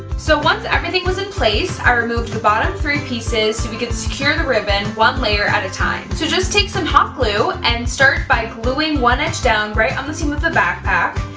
so once everything was in place, i removed the bottom three pieces so we could secure the ribbon one layer at a time. so just take some hot glue and start by gluing one edge down right on um the seam of the backpack,